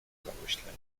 zamyślenia